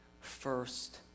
first